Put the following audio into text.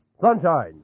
Sunshine